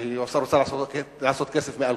שהיא רוצה לעשות כסף מאלכוהול,